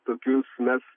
tokius mes